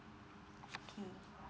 K